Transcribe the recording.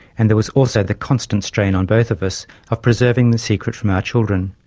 and there was also the constant strain on both of us of preserving the secret from our children,